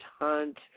hunt